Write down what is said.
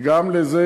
גם לזה